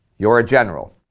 you're a general.